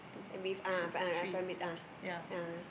and be ah pri~ ah